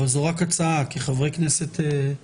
אבל זו רק הצעה כי זכותם של חברי כנסת אני,